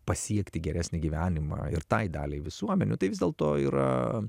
pasiekti geresnį gyvenimą ir tai daliai visuomenių tai vis dėlto yra